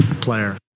player